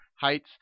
heights